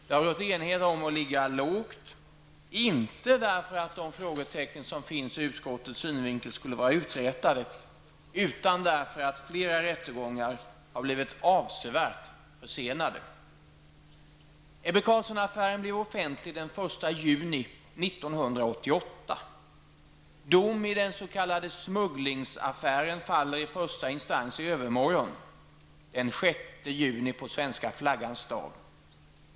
Det har rått enighet om att ligga lågt, inte därför att de frågetecken som finns ur utskottets synvinkel skulle vara uträtade, utan därför att flera rättegångar har blivit avsevärt försenade. 1988. Dom i den s.k. smugglingsaffären faller i första instans i övermorgon, den 6 juni, på Svenska flaggans dag.